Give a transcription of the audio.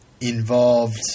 involved